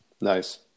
Nice